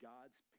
God's